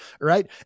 right